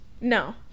no